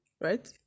right